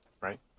Right